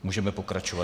Můžeme pokračovat.